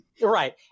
right